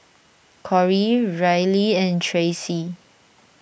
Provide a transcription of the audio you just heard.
Corry Reilly and Tracie